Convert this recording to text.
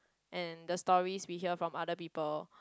and the stories we hear from other people